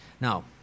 Now